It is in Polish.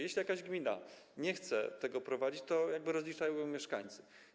Jeśli jakaś gmina nie chce tego prowadzić, to rozliczają ją mieszkańcy.